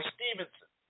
Stevenson